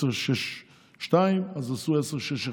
10.62, אז עשו 10.61,